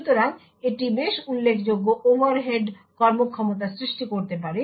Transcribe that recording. সুতরাং এটি বেশ উল্লেখযোগ্য ওভারহেড কর্মক্ষমতা সৃষ্টি করতে পারে